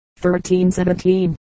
1317